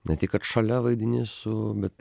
ne tik kad šalia vaidini su bet